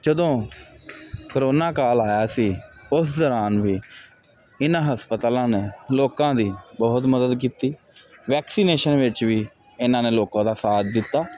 ਜਦੋਂ ਕਰੋਨਾ ਕਾਲ ਆਇਆ ਸੀ ਉਸ ਦੌਰਾਨ ਵੀ ਇਹਨਾਂ ਹਸਪਤਾਲਾਂ ਨੇ ਲੋਕਾਂ ਦੀ ਬਹੁਤ ਮਦਦ ਕੀਤੀ ਵੈਕਸੀਨੇਸ਼ਨ ਵਿੱਚ ਵੀ ਇਹਨਾਂ ਨੇ ਲੋਕਾਂ ਦਾ ਸਾਥ ਦਿੱਤਾ